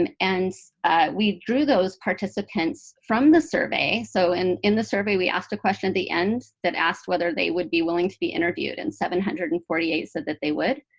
and and we drew those participants from the survey. so and in the survey, we asked a question the end that asked whether they would be willing to be interviewed. and seven hundred and forty eight said that they would.